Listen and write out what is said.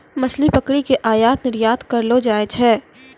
मछली पकड़ी करी के आयात निरयात करलो जाय छै